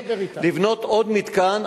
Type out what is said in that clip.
לבנות עוד מתקן.